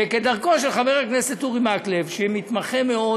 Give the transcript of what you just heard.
וכדרכו של חבר הכנסת אורי מקלב, שמתמחה מאוד